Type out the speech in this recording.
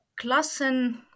Klassen